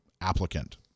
applicant